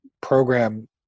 program